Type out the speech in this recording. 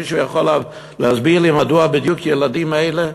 מישהו יכול להסביר לי מדוע בדיוק הילדים האלה?